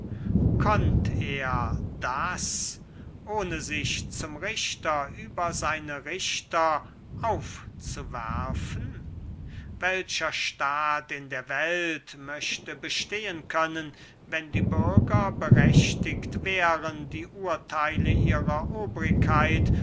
konnt er das ohne sich zum richter über seine richter aufzuwerfen welcher staat in der welt möchte bestehen können wenn die bürger berechtigt wären die urtheile ihrer obrigkeit